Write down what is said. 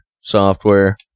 software